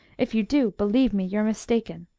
if you do, believe me, you're mistaken.